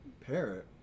Parrot